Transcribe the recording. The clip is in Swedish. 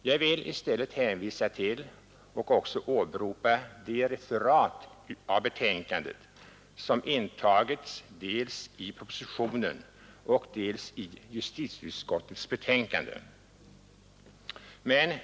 Jag vill i stället hänvisa till det referat av utredningsbetänkandet som intagits dels i propositionen, dels i justitieutskottets betänkande.